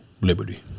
liberty